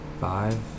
Five